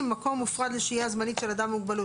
'מקום מופרד לשהייה זמנית של אדם עם מוגבלות',